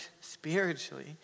spiritually